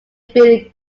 billy